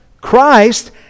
Christ